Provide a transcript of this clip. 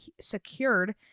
secured